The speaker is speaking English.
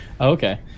Okay